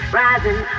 rising